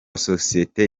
sosiyete